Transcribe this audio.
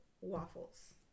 waffles